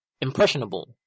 impressionable